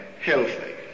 healthy